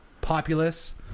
populace